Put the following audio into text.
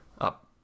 up